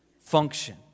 function